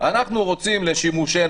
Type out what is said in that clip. אנחנו רוצים לשימושנו,